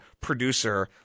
producer